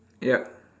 yup